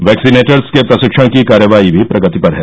vaccinators के प्रशिक्षण की कार्यवाही भी प्रगति पर है